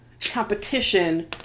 competition